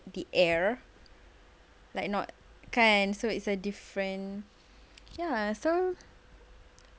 the air like not kan so it's a different ya so